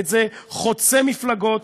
חוצה מפלגות,